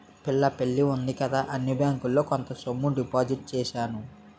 పిల్ల పెళ్లి ఉంది కదా అని బ్యాంకులో కొంత సొమ్ము డిపాజిట్ చేశాను